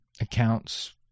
accounts